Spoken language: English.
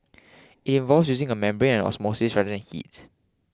it involves using a membrane and osmosis rather than heat